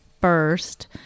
first